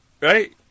right